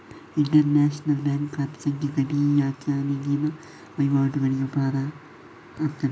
inter national bank ಖಾತೆ ಸಂಖ್ಯೆ ಗಡಿಯಾಚೆಗಿನ ವಹಿವಾಟುಗಳಿಗೆ ಉಪಕಾರ ಆಗ್ತದೆ